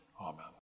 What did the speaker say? Amen